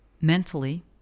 mentally